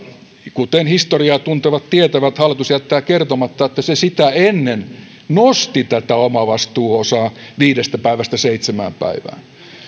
kuten historiaa tuntevat tietävät hallitus jättää kertomatta että se sitä ennen nosti tätä omavastuuosaa viidestä päivästä seitsemään päivään